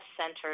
centered